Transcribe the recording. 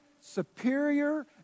superior